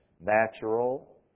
Natural